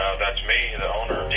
that's me, the owner, dean.